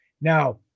Now